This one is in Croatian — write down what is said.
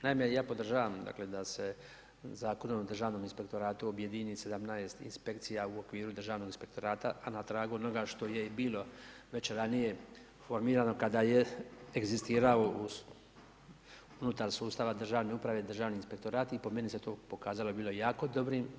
Naime, ja podržavam dakle da se Zakonom o Državnom inspektoratu objedini 17 inspekcija u okviru Državnog inspektorata a na tragu onoga što je i bilo već ranije formirano kada je egzistirao unutar sustava državne uprave Državni inspektorat i po meni se to pokazalo bilo jako dobrim.